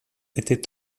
étaient